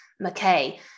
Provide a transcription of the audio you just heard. mckay